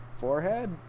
Forehead